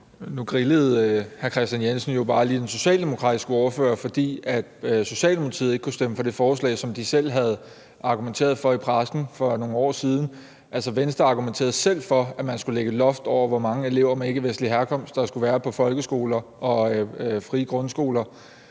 Nu grillede hr. Kristian Jensen jo bare lige den socialdemokratiske ordfører, fordi Socialdemokratiet ikke kunne stemme for det forslag, som de selv havde argumenteret for i pressen for nogle år siden. Altså, Venstre argumenterede selv for, at man skulle lægge et loft over, hvor mange elever af ikkevestlig herkomst der skulle være i folkeskoler og frie grundskoler.